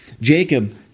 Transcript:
Jacob